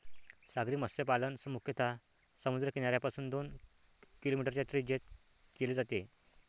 सागरी मत्स्यपालन मुख्यतः समुद्र किनाऱ्यापासून दोन किलोमीटरच्या त्रिज्येत केले जाते